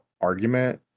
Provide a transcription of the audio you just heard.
argument